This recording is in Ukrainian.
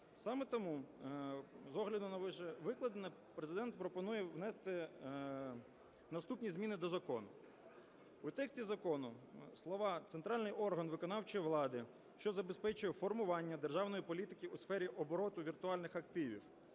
Саме тому, з огляду на вищевикладене, Президент пропонує внести наступні зміни до закону. У тексті закону слова "центральний орган виконавчої влади, що забезпечує формування державної політики у сфері обороту віртуальних активів"